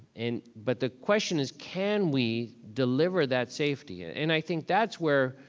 and but the question is, can we deliver that safety? and i think that's where,